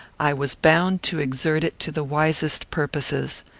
i was bound to exert it to the wisest purposes.